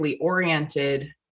oriented